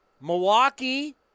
Milwaukee